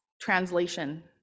translation